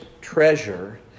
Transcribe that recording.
treasure